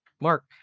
Mark